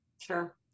Sure